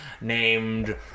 named